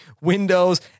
Windows